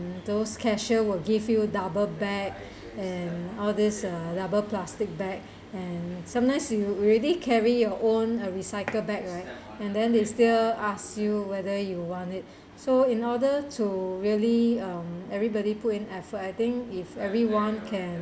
those cashier will give you double bag and all these uh rubber plastic bag and sometimes you you already carry your own uh recycle bag right and then they still ask you whether you want it so in order to really um everybody put in effort I think if everyone can